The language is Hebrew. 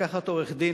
לקחת עורך-דין,